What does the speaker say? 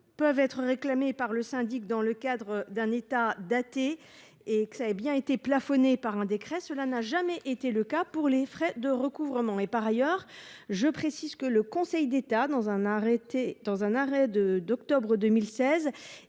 pouvant être réclamés par le syndic dans le cadre d’un état daté ont bien été plafonnés par décret, cela n’a jamais été le cas des frais de recouvrement. Par ailleurs, le Conseil d’État, dans un arrêt du 5 octobre 2016,